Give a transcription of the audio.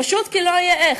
פשוט כי לא יהיה איך.